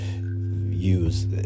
use